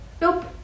Nope